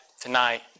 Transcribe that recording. tonight